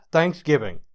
Thanksgiving